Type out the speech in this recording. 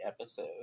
episode